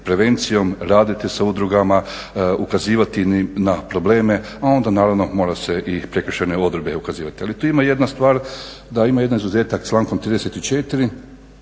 prevencijom, raditi sa udrugama, ukazivati na probleme a onda naravno mora se i prekršajne odredbe ukazivati. Ali tu ima jedna stvar da ima jedan izuzetak, člankom 34.